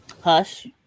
Hush